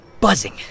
buzzing